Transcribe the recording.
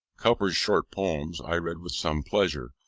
cowper's short poems i read with some pleasure,